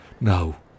No